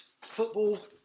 football